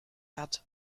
hat